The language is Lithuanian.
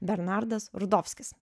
bernardas rudovskis